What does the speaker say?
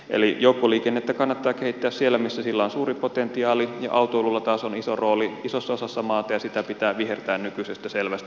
eli joukkoliikennettä kannattaa kehittää siellä missä sillä on suuri potentiaali ja autoilulla taas on iso rooli isossa osassa maata ja sitä pitää vihertää nykyisestä selvästi